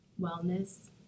wellness